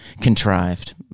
contrived